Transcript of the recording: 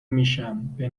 میشم، به